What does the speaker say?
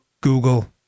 Google